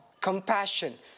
compassion